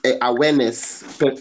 awareness